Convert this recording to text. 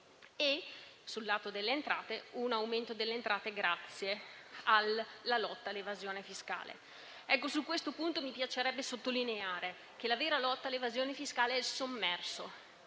vorrei poi rilevare un aumento delle entrate grazie alla lotta all'evasione fiscale. Su questo punto mi piacerebbe sottolineare che la vera lotta all'evasione fiscale è il sommerso;